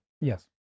Yes